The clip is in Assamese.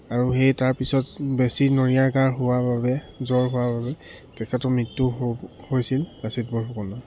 আৰু সেই তাৰপিছত বেছি নৰিয়া গাৰ হোৱাৰ বাবে জ্বৰ হোৱাৰ বাবে তেখেতৰ মৃত্যু হৈছিল লাচিত বৰফুকনৰ